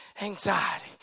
anxiety